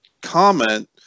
comment